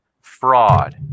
fraud